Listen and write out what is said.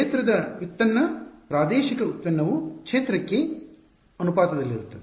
ಕ್ಷೇತ್ರದ ವ್ಯುತ್ಪನ್ನ ಪ್ರಾದೇಶಿಕ ಉತ್ಪನ್ನವು ಕ್ಷೇತ್ರಕ್ಕೆ ಅನುಪಾತದಲ್ಲಿರುತ್ತದೆ